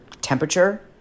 temperature